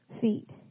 feet